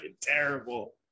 terrible